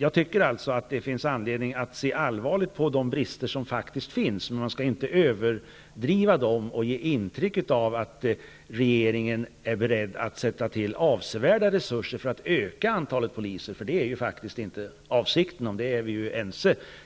Jag tycker också att det finns all anledning att se allvarligt på de brister som faktiskt finns, men man skall inte överdriva dem och ge intryck av att regeringen är beredd att sätta till avsevärda resurser för att öka antalet poliser -- det är ju faktiskt inte avsikten, och om det är vi,